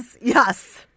Yes